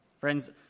Friends